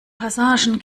passagen